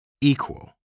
equal